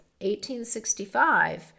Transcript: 1865